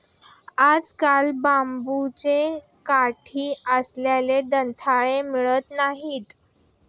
आजकाल बांबूची काठी असलेले दंताळे मिळत नाहीत